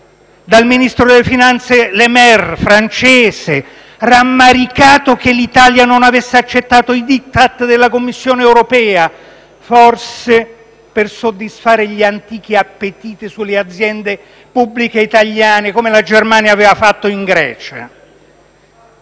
dal ministro delle finanze francese Le Maire, rammaricato che l'Italia non avesse accettato i *Diktat* della Commissione europea, forse per soddisfare gli antichi appetiti sulle aziende pubbliche italiane, come la Germania aveva fatto in Grecia.